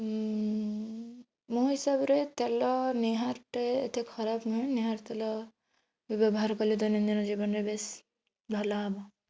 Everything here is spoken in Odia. ମୋ ହିସାବରେ ତେଲ ନିହାର୍ଟେ ଏତେ ଖରାପ ନୁହେଁ ନିହାର୍ ତେଲ ବି ବ୍ୟବହାର କଲେ ଦୈନନ୍ଦିନ ଜୀବନରେ ବେଶ୍ ଭଲ ହବ